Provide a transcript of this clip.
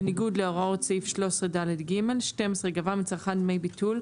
בניגוד להוראות סעיף 13ד(ג); 12.גבה מצרכן דמי ביטול,